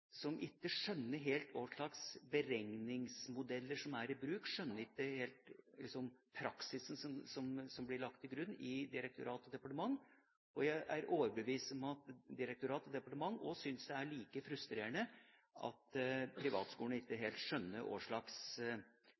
som ikke skjønner helt hva slags beregningsmodeller som er i bruk, skjønner ikke helt praksisen som blir lagt til grunn i direktorat og departement. Jeg er overbevist om at direktorat og departement synes det er like frustrerende at privatskolene ikke helt skjønner hva slags